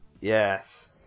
yes